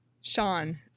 Sean